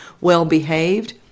well-behaved